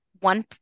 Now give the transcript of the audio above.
one